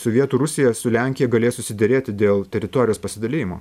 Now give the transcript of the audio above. sovietų rusija su lenkija galės susiderėti dėl teritorijos pasidalijimo